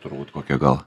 turbūt kokia gal